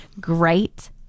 great